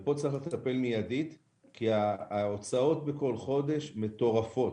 פה צריך לטפל מיידית כי ההוצאות בכל חודש מטורפות,